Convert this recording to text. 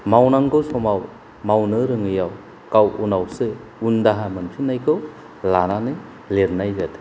मावनांगौ समाव मावनो रोङैयाव गाव उनावसो उनदाहा मोनफिननायखौ लानानै लेरनाय जादों